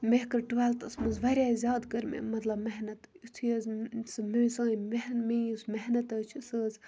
مےٚ کٔر ٹُویلتھس مَنٛز واریاہ زیادٕ کٔر مےٚ مَطلَب محنَت یِتھُے حظ میٲنۍ یُس محنَت حظ چھِ سۄ حظ چھِ